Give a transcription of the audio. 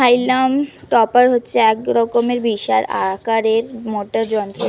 হাইলাম টপার হচ্ছে এক রকমের বিশাল আকারের মোটর যন্ত্র